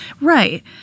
Right